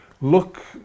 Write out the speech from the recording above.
look